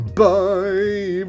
bye